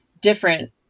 different